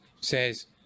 says